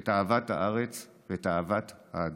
את אהבת הארץ ואת אהבת האדם,